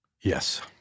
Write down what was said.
Yes